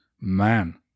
man